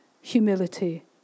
humility